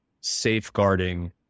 safeguarding